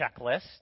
checklist